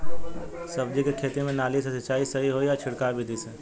सब्जी के खेती में नाली से सिचाई सही होई या छिड़काव बिधि से?